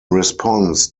response